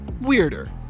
weirder